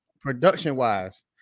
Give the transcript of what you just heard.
production-wise